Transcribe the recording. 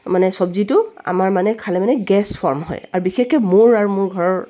মানে চব্জিটো আমাৰ মানে খালে মানে গেছ ফৰ্ম হয় আৰু বিশেষকৈ মোৰ আৰু মোৰ ঘৰৰ